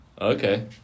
okay